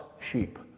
sheep